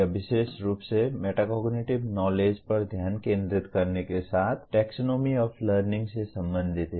यह विशेष रूप से मेटाकोग्निटिव नॉलेज पर ध्यान केंद्रित करने के साथ टैक्सोनॉमी ऑफ लर्निंग से संबंधित है